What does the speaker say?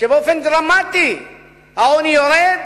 שבאופן דרמטי העוני יורד,